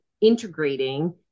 integrating